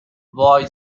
وای